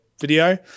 video